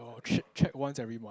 I'll ch~ check once every month